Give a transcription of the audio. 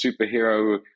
superhero